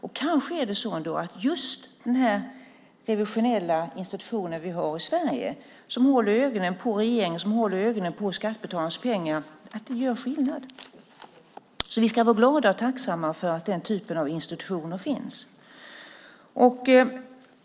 Kanske är det just denna revisionella institution som vi har i Sverige, som håller ögonen på regeringen och på användningen av skattebetalarnas pengar, som gör skillnad. Vi ska vara glada och tacksamma för att den typen av institutioner finns.